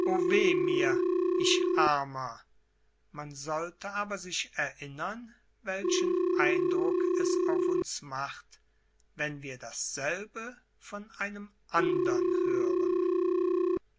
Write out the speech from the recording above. ich armer man sollte aber sich erinnern welchen eindruck es auf uns macht wenn wir dasselbe von einem andern hören